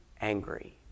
angry